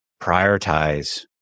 prioritize